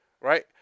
right